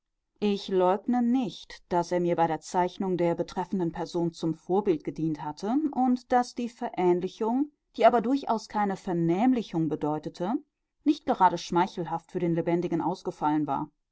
ich leugne nicht daß er mir bei der zeichnung der betreffenden person zum vorbild gedient hatte und daß die verähnlichung die aber durchaus keine vernämlichung bedeutete nicht gerade schmeichelhaft für den lebendigen ausgefallen war